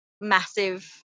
massive